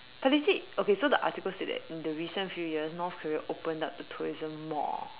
but they said okay so the article said that in the recent few years North Korea opened up the tourism more